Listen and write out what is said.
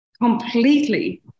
completely